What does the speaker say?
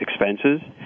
expenses